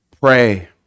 pray